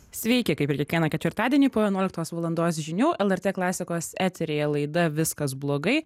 sveiki kaip ir kiekvieną ketvirtadienį po vienuoliktos valandos žinių lrt klasikos eteryje laida viskas blogai